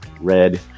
red